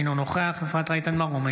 אינו נוכח אפרת רייטן מרום,